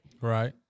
Right